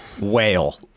whale